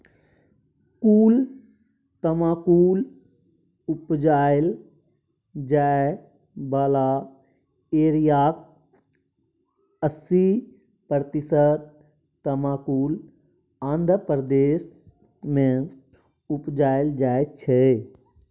कुल तमाकुल उपजाएल जाइ बला एरियाक अस्सी प्रतिशत तमाकुल आंध्र प्रदेश मे उपजाएल जाइ छै